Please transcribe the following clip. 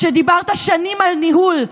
שדיברת שנים על ניהול,